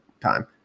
time